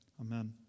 Amen